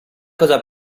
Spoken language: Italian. cosa